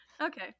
Okay